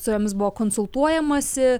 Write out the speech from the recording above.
su jomis buvo konsultuojamasi